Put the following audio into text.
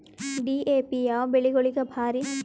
DAP ಯಾವ ಬೆಳಿಗೊಳಿಗ ಭಾರಿ?